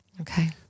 Okay